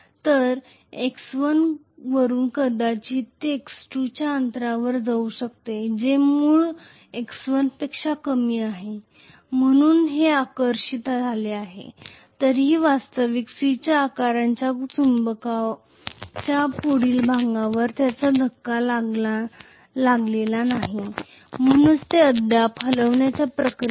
तर x1 वरून कदाचित ते x2 च्या अंतरावर जाऊ शकते जे मूळ x1 पेक्षा कमी आहे म्हणून ते आकर्षित झाले आहे तरीही वास्तविक C आकाराच्या चुंबकाच्या पुढील भागावर त्याचा धक्का लागलेला नाही म्हणूनच ते अद्याप हलविण्याच्या प्रक्रियेत आहे